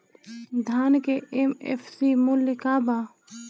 धान के एम.एफ.सी मूल्य का बा?